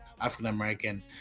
african-american